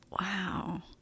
Wow